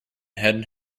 head